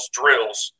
drills